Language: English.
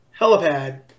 helipad